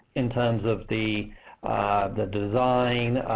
in terms of the the design,